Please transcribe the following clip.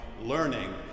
learning